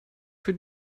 für